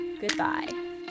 Goodbye